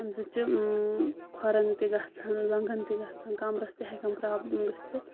امہِ سۭتۍ چھِ کھۄرَن تہِ گَژھان زَنٛگَن تہِ گَژھان کَمبرَس تہِ ہؠکان پرابلِم گٔژھتھ